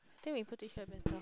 think we put it here better